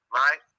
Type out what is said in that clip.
right